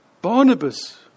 Barnabas